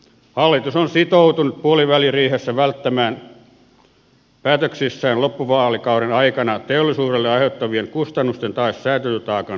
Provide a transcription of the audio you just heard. hallitus on sitoutunut puoliväliriihessä välttämään päätöksissään loppuvaalikauden aikana teollisuudelle aiheutuvien kustannusten tai säätelytaakan lisäämistä